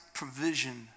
provision